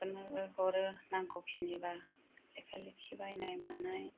गथ'फोरनो बो हरो नांगौ खिनि बा लेखा लेखि बायनाय मानाय